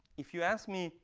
if you ask me